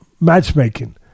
matchmaking